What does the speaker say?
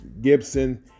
Gibson